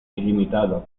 ilimitado